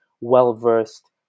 well-versed